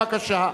בבקשה.